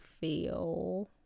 feel